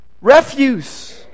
refuse